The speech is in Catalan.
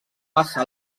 passa